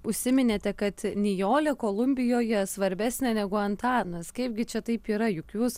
užsiminėte kad nijolė kolumbijoje svarbesnė negu antanas kaipgi čia taip yra juk jūs